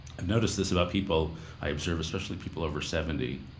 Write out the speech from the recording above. i've noticed this about people i observe, especially people over seventy.